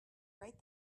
right